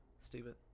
stupid